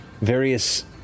various